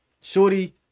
shorty